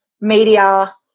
media